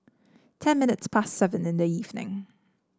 ten minutes past seven in the evening